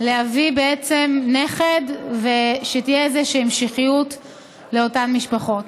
להביא בעצם נכד, שתהיה איזו המשכיות לאותן משפחות.